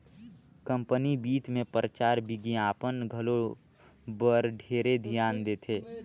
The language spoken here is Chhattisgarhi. कंपनी बित मे परचार बिग्यापन घलो बर ढेरे धियान देथे